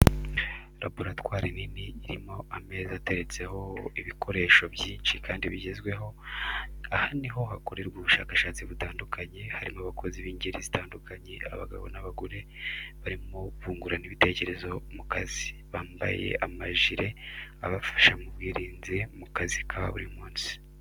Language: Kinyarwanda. Laboratwari nini irimo ameza ateretseho ibikoresho byinshi kandi bigezweho. aha niho hakorerwa ubushakashatsi butandukanye, harimo abakozi b'ingeri zitandukanye, abagabo n'abagore barimo bungurana ibitekerezo mu kazi. Bambaye amajire abafasha mu bwirinzi mu kazi ka buri munsi.